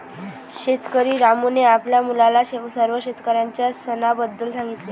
शेतकरी रामूने आपल्या मुलाला सर्व शेतकऱ्यांच्या सणाबद्दल सांगितले